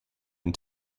and